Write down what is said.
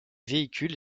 véhicules